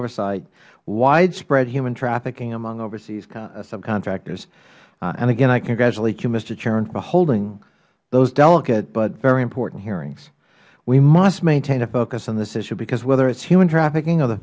oversight widespread human trafficking among overseas contractors and again i congratulate you mister chairman for holding those delicate but very important hearings we must maintain a focus on this issue because whether it is human trafficking